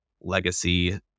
legacy